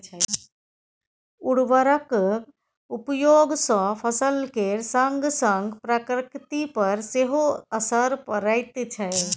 उर्वरकक उपयोग सँ फसल केर संगसंग प्रकृति पर सेहो असर पड़ैत छै